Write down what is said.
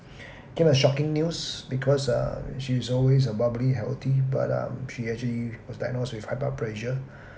came as shocking news because uh she's always uh bubbly healthy but err she actually was diagnosed with high blood pressure